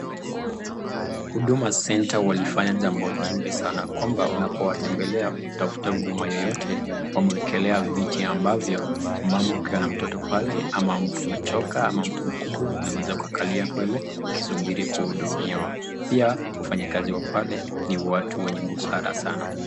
Huduma Centre walifanya jambo nzuri sana kwamba unapowatembelea kutafuta huduma yeyote wamewekelea viti ambavyo mama ukiwa na mtoto pale ama mtu umechoka ama mtu mkubwa unaweza ukakalia kwa hivyo ukisubiri kuhudumiwa. Pia wafanyikazi wa pale ni watu wenye busara sana.